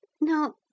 Now